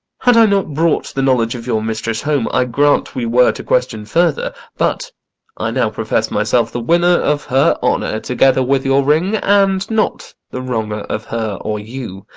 had i not brought the knowledge of your mistress home, i grant we were to question farther but i now profess myself the winner of her honour, together with your ring and not the wronger of her or you,